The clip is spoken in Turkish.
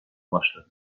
başladı